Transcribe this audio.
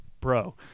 Bro